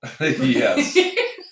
Yes